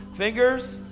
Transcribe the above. fingers,